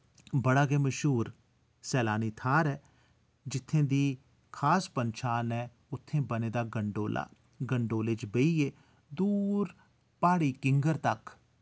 बड़ा गै मश्हूर सैलानी थाह्र ऐ जित्थै दी खास पनशान ऐ उत्थै बने दा गंडोला गंडोले च बेहियै दूर प्हाड़ा किंगर तक